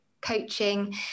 coaching